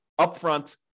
upfront